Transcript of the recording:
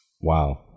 Wow